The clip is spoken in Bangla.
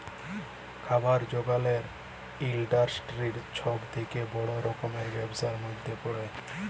খাবার জাগালের ইলডাসটিরি ছব থ্যাকে বড় রকমের ব্যবসার ম্যধে পড়ে